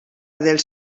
dels